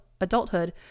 adulthood